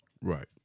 Right